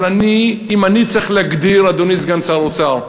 אבל אם אני צריך להגדיר, אדוני סגן שר האוצר,